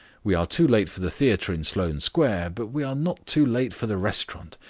we are too late for the theatre in sloane square. but we are not too late for the restaurant.